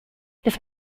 this